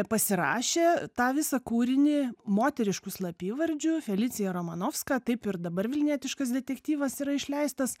pasirašė tą visą kūrinį moterišku slapyvardžiu felicija romanovska taip ir dabar vilnietiškas detektyvas yra išleistas